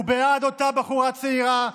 הוא בעד אותה בחורה צעירה,